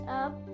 up